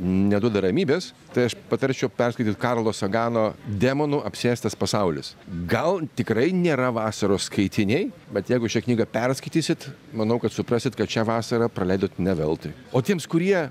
neduoda ramybės tai aš patarčiau perskaityt karlo sagano demonų apsėstas pasaulis gal tikrai nėra vasaros skaitiniai bet jeigu šią knygą perskaitysit manau kad suprasit kad šią vasarą praleidot ne veltui o tiems kurie